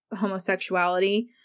homosexuality